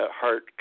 heart